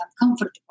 uncomfortable